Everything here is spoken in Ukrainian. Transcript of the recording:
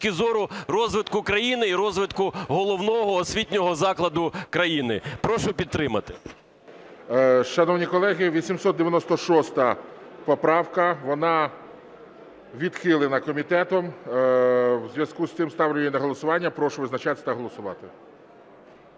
зору розвитку країни і розвитку головного освітнього закладу країни. Прошу підтримати. ГОЛОВУЮЧИЙ. Шановні колеги, 896 поправка. Вона відхилена комітетом. У зв'язку з цим ставлю її на голосування. Прошу визначатися та голосувати.